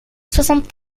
soixante